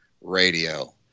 Radio